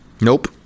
Nope